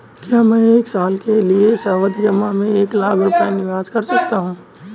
क्या मैं एक साल के लिए सावधि जमा में एक लाख रुपये निवेश कर सकता हूँ?